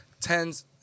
tens